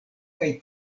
kaj